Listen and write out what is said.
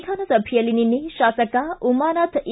ವಿಧಾನಸಭೆಯಲ್ಲಿ ನಿನ್ನೆ ಶಾಸಕ ಉಮಾನಾಥ್ ಎ